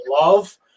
love